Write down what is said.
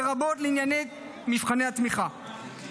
לרבות לעניין מבחני תמיכה.